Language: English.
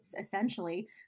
essentially